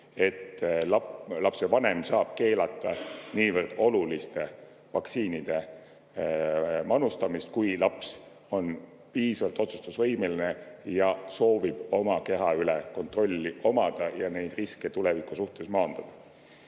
et lapsevanem saab keelata nii oluliste vaktsiinide manustamist, kui laps on piisavalt otsustusvõimeline ja soovib oma keha üle kontrolli omada ja neid tulevikuriske maandada.